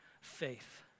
faith